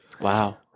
Wow